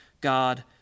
God